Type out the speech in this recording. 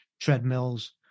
treadmills